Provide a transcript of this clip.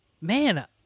man